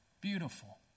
Beautiful